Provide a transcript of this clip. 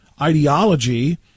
ideology